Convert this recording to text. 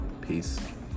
Peace